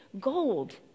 gold